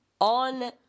on